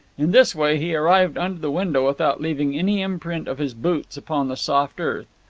in this way he arrived under the window without leaving any imprint of his boots upon the soft earth.